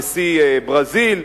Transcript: נשיא ברזיל,